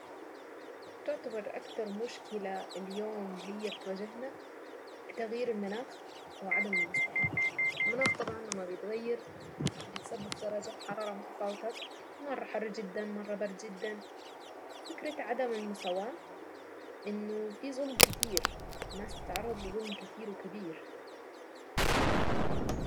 تعتبر اكتر مشكلة اليوم هي بتواجهنا تغيير المناخ وعدم المساواة المناخ طبعا لما بيتغير بيسبب درجة حرارة متفاوتة مرة حر جدا، مرة برد جدا فكرة عدم المساواة انه في ظلم كتير ناس تتعرض لظلم كتير وكبير